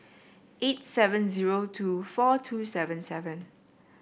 eight seven zero two four two seven seven